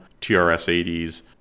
TRS-80s